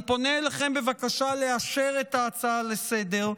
אני פונה אליכם בבקשה לאשר את ההצעה לסדר-היום,